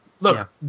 look